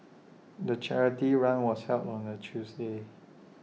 the charity run was held on A Tuesday